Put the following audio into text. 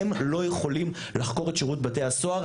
הם לא יכולים לחקור את שירות בתי הסוהר,